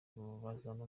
bazampa